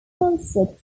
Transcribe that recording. concert